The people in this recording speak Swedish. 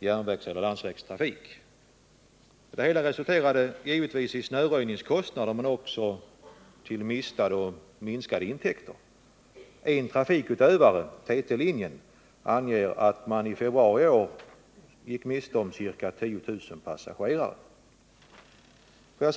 järnvägseller landsvägstrafik. Ovädret medförde givetvis snöröjningskostnader men också mistade och minskade intäkter. En trafikutövare — TT-linjen — uppger att företaget i februari i år gick miste om ca 10 000 passagerare.